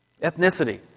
Ethnicity